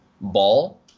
ball